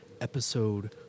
episode